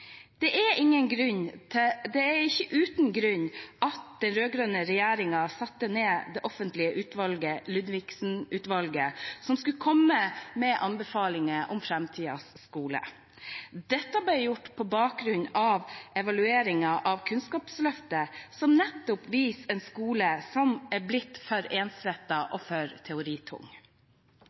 det bekreftes av forskere. Det er ikke uten grunn at den rød-grønne regjeringen satte ned det offentlige Ludvigsen-utvalget, som skulle komme med anbefalinger om framtidens skole. Dette ble gjort på bakgrunn av evalueringen av Kunnskapsløftet, som nettopp viser en skole som har blitt for ensrettet og teoritung.